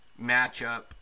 matchup